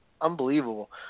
Unbelievable